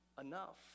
enough